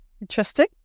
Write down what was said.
Interesting